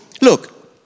look